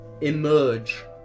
emerge